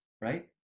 right